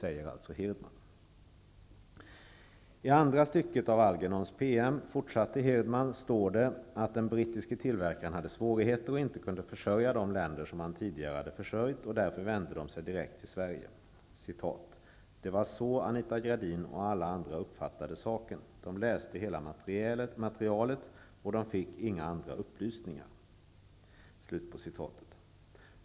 Det sade alltså Hirdman. Hirdman, står det att den brittiske tillverkaren hade svårigheter och inte kunde försörja de länder som han tidigare hade försörjt, och därför vände de sig direkt till Sverige. ''Det var så Anita Gradin och alla andra uppfattade saken. De läste hela materialet, och de fick inga andra upplysningar.''